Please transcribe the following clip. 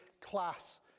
class